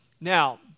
Now